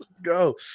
go